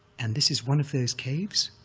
and this is one of those caves,